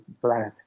planet